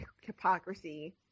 hypocrisy